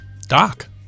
Doc